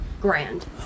grand